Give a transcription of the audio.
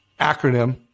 acronym